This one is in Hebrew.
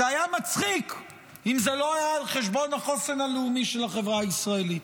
זה היה מצחיק אם זה לא היה על חשבון החוסן הלאומי של החברה הישראלית.